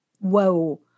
Whoa